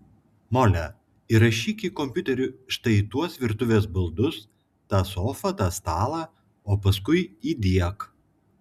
mole įrašyk į kompiuterį štai tuos virtuvės baldus tą sofą tą stalą o paskui įdiek